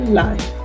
life